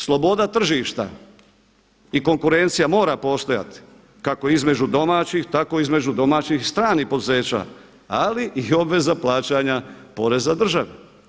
Sloboda tržišta i konkurencija mora postojati kako između domaćih tako između domaćih i stranih poduzeća, ali i obveza plaćanja poreza državi.